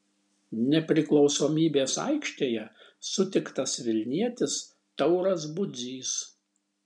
nepriklausomybės aikštėje sutiktas vilnietis tauras budzys